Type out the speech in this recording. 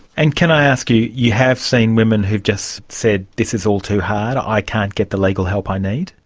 and can i ask you, you have seen women who have just said, this is all too hard, i can't get the legal help i need'?